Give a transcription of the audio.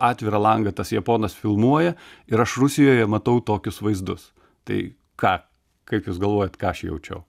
atvirą langą tas japonas filmuoja ir aš rusijoje matau tokius vaizdus tai ką kaip jūs galvojat ką aš jaučiau